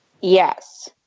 Yes